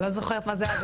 אני לא זוכרת מה זה היה.